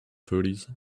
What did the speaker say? thirties